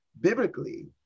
biblically